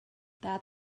that